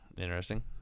interesting